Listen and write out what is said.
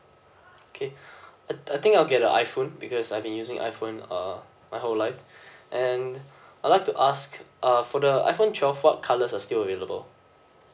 okay uh I think I'll get the iphone because I've been using iphone uh my whole life and I'll like to ask uh for the iphone twelve what colors are still available